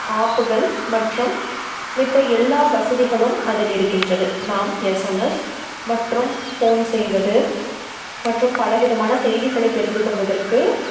ஆப்புகள் மற்றும் மத்த எல்லா வசதிகளும் அதில் இருக்கின்றது நாம் எஸ்எம்எஸ் மற்றும் ஃபோன் செய்வது மற்றும் பலவிதமான செய்திகளை தெரிந்து கொள்வதற்கு